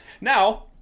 Now